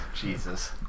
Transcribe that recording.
Jesus